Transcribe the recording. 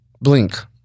Blink